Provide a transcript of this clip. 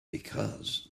because